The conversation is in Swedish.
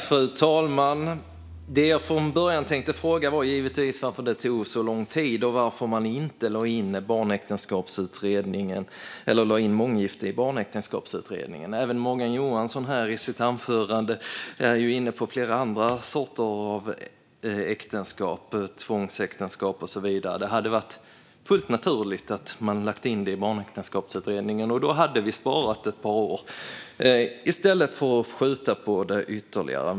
Fru talman! Det jag från början tänkte fråga är givetvis varför det tog så lång tid och varför man inte lade in månggifte i barnäktenskapsutredningen. Även Morgan Johansson var ju i sitt anförande inne på flera andra sorters äktenskap, som tvångsäktenskap och så vidare. Det hade varit fullt naturligt att lägga in detta i barnäktenskapsutredningen, och då hade vi sparat ett par år i stället för att skjuta på det ytterligare.